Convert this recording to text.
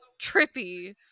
trippy